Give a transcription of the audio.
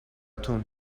تون